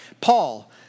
Paul